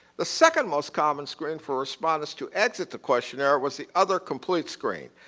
the second most common screen for respondents to exit the questionnaire was the other complete screen.